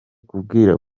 kubwira